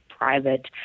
private